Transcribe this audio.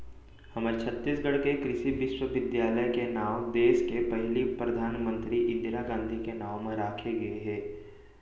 हमर छत्तीसगढ़ के कृषि बिस्वबिद्यालय के नांव देस के पहिली महिला परधानमंतरी इंदिरा गांधी के नांव म राखे गे हे